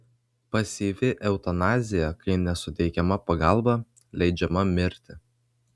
pasyvi eutanazija kai nesuteikiama pagalba leidžiama mirti